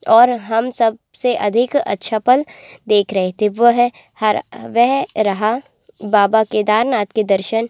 और हम सबसे अधिक असफल देख रहे थे वह हर वह रहा बाबा केदारनाथ के दर्शन